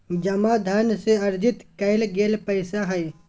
जमा धन से अर्जित कइल गेल पैसा हइ